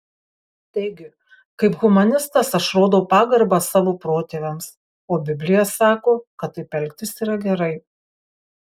taigi kaip humanistas aš rodau pagarbą savo protėviams o biblija sako kad taip elgtis yra gerai